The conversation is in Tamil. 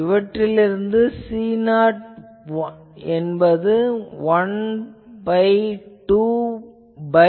இவற்றிலிருந்து C0 என்பது 1 வகுத்தல் 2 பை